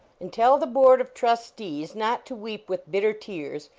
and tell the board of trustees not to weep with bitter tears,